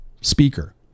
speaker